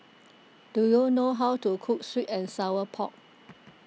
do you know how to cook Sweet and Sour Pork